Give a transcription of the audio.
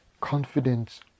Confidence